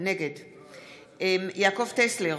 יעקב טסלר,